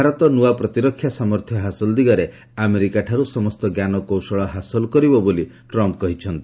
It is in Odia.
ଭାରତ ନୂଆ ପ୍ରତିରକ୍ଷା ସାମର୍ଥ୍ୟ ହାସଲ ଦିଗରେ ଆମେରିକାଠାରୁ ସମସ୍ତ ଜ୍ଞାନକୌଶଳ ହାସଲ କରିବ ବୋଲି ଟ୍ରମ୍ପ କହିଛନ୍ତି